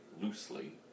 loosely